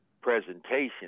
presentation